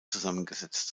zusammengesetzt